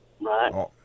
Right